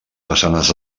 façanes